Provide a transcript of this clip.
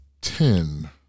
ten